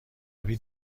روی